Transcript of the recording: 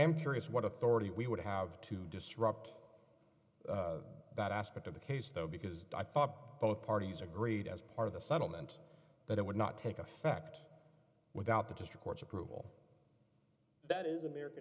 am curious what authority we would have to disrupt that aspect of the case though because i thought both parties agreed as part of the settlement that it would not take effect without the district court approval that is american